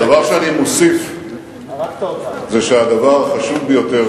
הדבר שאני מוסיף זה שהדבר החשוב ביותר,